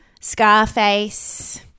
Scarface